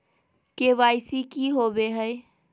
KYC की हॉबे हय?